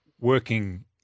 working